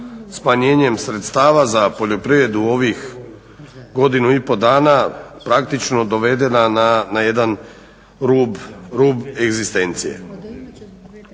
smanjenjem sredstava za poljoprivredu ovih godinu i pol dana praktično dovedena na jedan rub egzistencije.